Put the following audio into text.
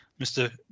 Mr